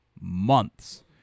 months